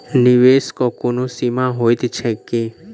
निवेश केँ कोनो सीमा होइत छैक की?